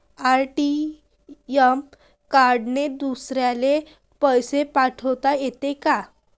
ATM कार्डने दुसऱ्याले पैसे पाठोता येते का?